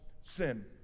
sin